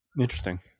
Interesting